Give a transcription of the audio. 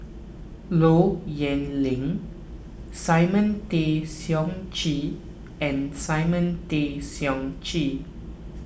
Low Yen Ling Simon Tay Seong Chee and Simon Tay Seong Chee